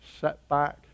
setback